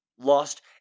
Lost